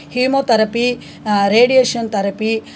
chemotherapy radiation therapy